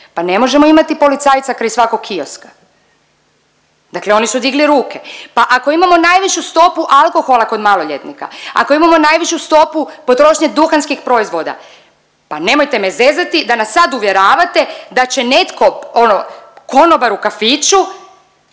Pa ne možemo imati policajca kraj svakog kioska. Dakle, oni su digli ruke. Pa ako imamo najvišu stopu alkohola kod maloljetnika, ako imamo najvišu stopu potrošnje duhanskih proizvoda pa nemojte me zezati da nas sad uvjeravate da će netko ono konobar u kafiću